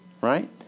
Right